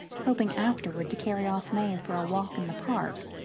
hoping afterward to carry off may for a walk in the park.